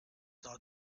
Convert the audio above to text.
not